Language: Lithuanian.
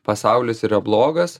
pasaulis yra blogas